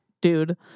dude